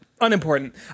Unimportant